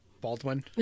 Baldwin